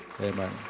Amen